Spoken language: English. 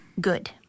Good